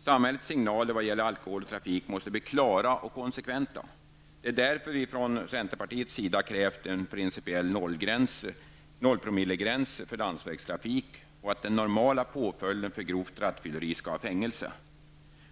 Samhällets signaler när det gäller alkohol och trafik måste bli klara och konsekventa. Det är därför som vi från centerpartiet krävt att det införs en principiell nollpromillegräns för landsvägstrafik och att den normala påföljden för grovt rattfylleri skall vara fängelse.